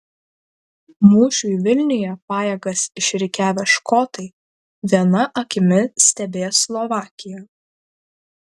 mūšiui vilniuje pajėgas išrikiavę škotai viena akimi stebės slovakiją